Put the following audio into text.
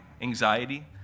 anxiety